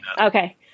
Okay